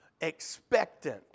expectant